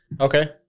Okay